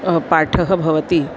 पाठः भवति